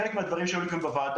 חלק מהדברים שעלו כאן בוועדה,